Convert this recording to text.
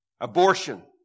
Abortion